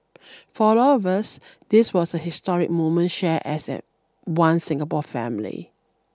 for all of us this was a historic moment shared as at one Singapore family